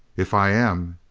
if i am,